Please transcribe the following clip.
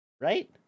Right